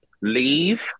Leave